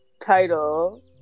title